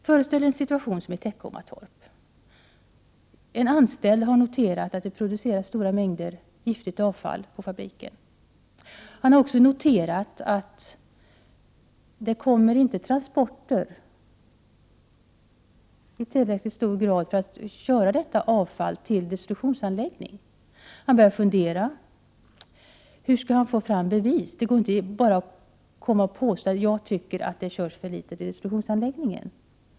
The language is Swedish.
Föreställ er en situation som den i Teckomatorp. En anställd har noterat att det produceras stora mängder giftigt avfall på fabriken. Han har också noterat att det inte kommer transporter i tillräcklig mängd för att köra detta avfall till destruktionsanläggning. Han börjar fundera. Hur skall han få fram bevis? Det går inte att bara komma och påstå att man tycker att det körs för litet till destruktionsanläggningen.